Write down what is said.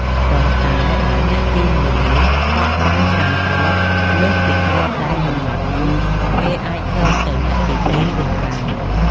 ប៉ុន្តែបើអ្នកទី១ នេះប៉ក់បានច្រើនគ្រាប់លើសពីគ្រាប់ដែលកំណត់នោះ គេអាចសងទៅអ្នកទី ២ វិញបាន។